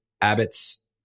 Abbott's